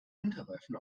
winterreifen